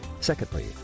Secondly